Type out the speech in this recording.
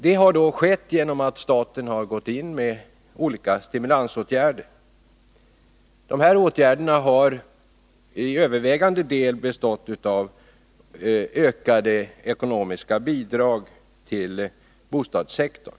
Detta har skett genom att staten har gått in med olika stimulansåtgärder. Dessa åtgärder har till övervägande del bestått av ökade ekonomiska bidrag till bostadssektorn.